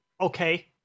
okay